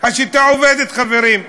השיטה עובדת, חברים.